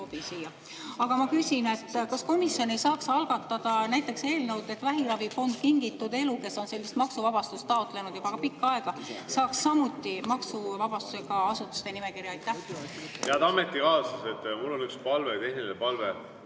Aga ma küsin, kas komisjon ei saaks algatada näiteks eelnõu, et Vähiravifond Kingitud Elu, kes on sellist maksuvabastust taotlenud juba pikka aega, saaks samuti maksuvabastusega asutuste nimekirja. Head ametikaaslased, mul on üks palve, tehniline palve: